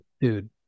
dude